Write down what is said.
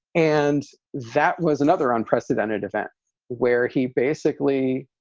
and that was another unprecedented event where he basically,